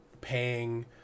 paying